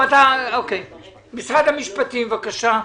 משרד המשפטים, בבקשה.